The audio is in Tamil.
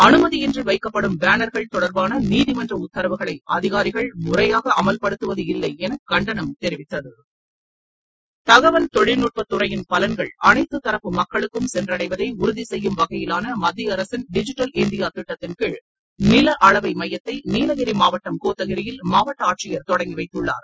அனுமதியின்றி வைக்கப்படும் பேனர்கள் தொடர்பான நீதிமன்ற உத்தரவுகளை அதிகாரிகள் முறையாக அமல்படுத்துவது இல்லையென கண்டனம் தெரிவித்தது தகவல் தொழில்நுட்பத்துறையின் பலன்கள் அனைத்து தரப்பு மக்களுக்கும் சென்றடைவதை உறுதி செய்யும் வகையிலான மத்திய அரசின் டிஜிடல் இந்தியா திட்டத்தின் கீழ் நில அளவை மையத்தை நீலகிரி மாவட்டம் கோத்தகிரியில் மாவட்ட ஆட்சியர் தொடங்கி வைத்துள்ளார்